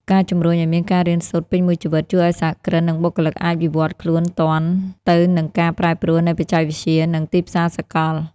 ការជំរុញឱ្យមានការរៀនសូត្រពេញមួយជីវិត ជួយឱ្យសហគ្រិន និងបុគ្គលិកអាចវិវត្តខ្លួនទាន់ទៅនឹងការប្រែប្រួលនៃបច្ចេកវិទ្យា និងទីផ្សារសកល។